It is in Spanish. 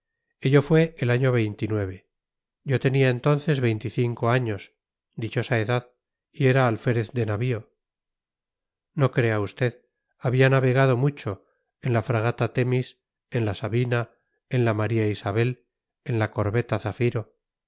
usted ello fue el año yo tenía entonces veinticinco años dichosa edad y era alférez de navío no crea usted había navegado mucho en la fragata temis en la sabina en la maría isabel en la corbeta zafiro